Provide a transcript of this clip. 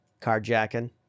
Carjacking